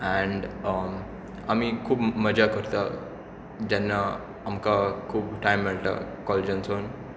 and आमी खूब मज्जा करता जेन्ना आमकां खूब टायम मेळटा कॉलेजींतसून